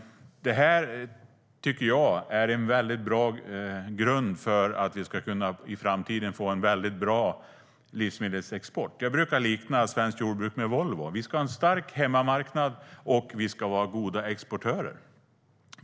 Detta tycker jag är en bra grund för att vi i framtiden ska kunna få en mycket bra livsmedelsexport. Jag brukar likna svenskt jordbruk vid Volvo. Vi ska ha en stark hemmamarknad, och vi ska vara goda exportörer.